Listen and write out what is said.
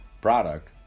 product